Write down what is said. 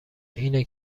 اینه